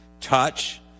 touch